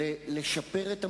ולכן, הסכם צריך לכבד.